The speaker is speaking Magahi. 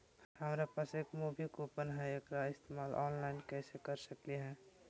हमरा पास एक मूवी कूपन हई, एकरा इस्तेमाल ऑनलाइन कैसे कर सकली हई?